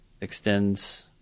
extends